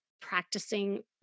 practicing